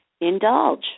indulge